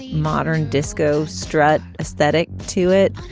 modern disco strut aesthetic to it.